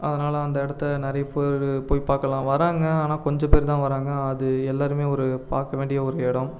அதனால் அந்த இடத்த நிறைய பேர் போய் பார்க்கலாம் வர்றாங்க ஆனால் கொஞ்ச பேர்தான் வர்றாங்க அது எல்லாேருமே ஒரு பார்க்க வேண்டிய ஒரு இடம்